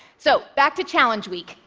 so, back to challenge week.